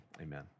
Amen